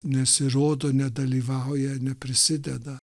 nesirodo nedalyvauja neprisideda